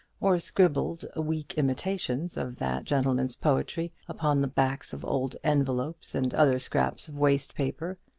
or scribbled weak imitations of that gentleman's poetry upon the backs of old envelopes and other scraps of waste paper.